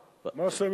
יבקשו.